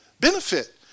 Benefit